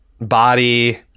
body